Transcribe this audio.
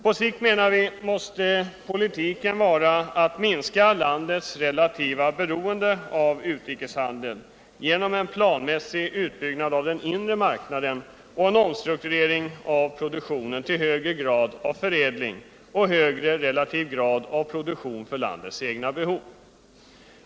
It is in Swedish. På sikt, menar vi, måste politiken vara att minska landets relativa beroende av utrikeshandel genom en planmässig utbyggnad av den inre marknaden och en omstrukturering av produktionen till högre grad av förädling och högre relativ grad av produktion för landets egna behov.